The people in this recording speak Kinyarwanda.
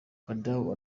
koudou